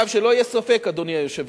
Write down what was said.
שלא יהיה ספק, אדוני היושב-ראש,